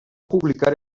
publicar